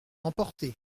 emporté